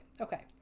Okay